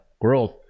growth